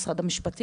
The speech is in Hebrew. גם למשרד המשפטים,